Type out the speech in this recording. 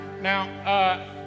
Now